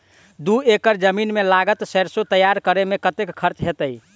दू एकड़ जमीन मे लागल सैरसो तैयार करै मे कतेक खर्च हेतै?